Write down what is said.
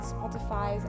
Spotify